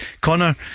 Connor